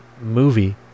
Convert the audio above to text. movie